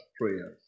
prayers